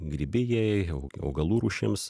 grybijai au augalų rūšims